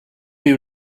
you